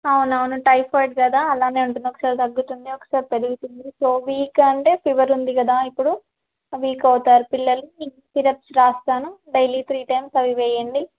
అవునవును టైఫాయిడ్ కదా అలాగే ఉంటుంది ఒకసారి తగ్గుతుంది ఒకసారి పెరుగుతుంది సో వీక్ అంటే ఫీవర్ ఉంది కదా ఇప్పుడు వీక్ అవుతారు పిల్లలు నేను సిరప్స్ రాస్తాను డైలీ త్రీ టైమ్స్ అవి వేయండి